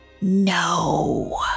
No